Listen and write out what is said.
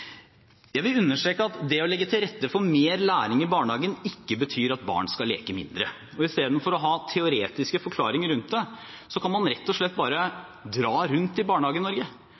Jeg vil understreke at det å legge til rette for mer læring i barnehagen ikke betyr at barn skal leke mindre, og istedenfor å ha teoretiske forklaringer rundt det kan man rett og slett bare dra rundt i